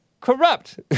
corrupt